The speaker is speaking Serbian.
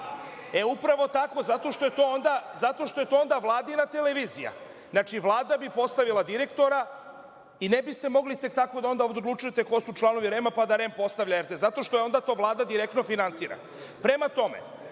Upravo tako zato što je to onda Vladina televizija. Znači, Vlada bi postavila direktora i ne biste mogli tek tako onda da odlučujete ko su članovi REM pa da REM onda postavlja RTS. Zato što to Vlada onda direktno finansira. Prema tome,